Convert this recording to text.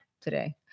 today